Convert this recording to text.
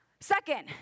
Second